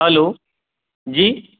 hello जी